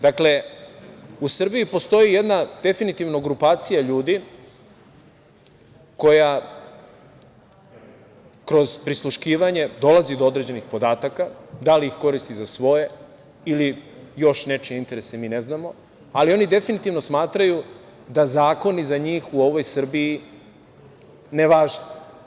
Dakle, u Srbiji postoji definitivno jedna grupacija ljudi koja kroz prisluškivanje dolazi do određenih podataka, da li ih koristi za svoje ili još nečije interese mi ne znamo, ali oni definitivno smatraju da zakoni za njih u ovoj Srbiji ne važe.